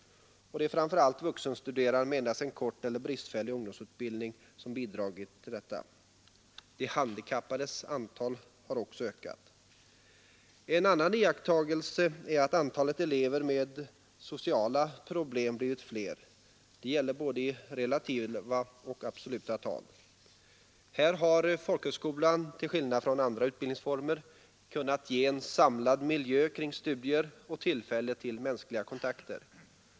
Det är framför allt vuxenstuderande med endast en kort eller bristfälligt ungdomsutbildning som bidragit till detta. De handikappades antal har också ökat. En annan iakttagelse är att antalet elever med sociala problem har blivit fler. Det gäller både i relativa och i absoluta tal. Här har folkhögskolan till skillnad från andra utbildningsformer kunnat erbjuda en samlad miljö kring studier och tillfälle till mänskliga kontakter.